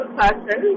person